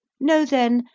know, then,